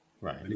Right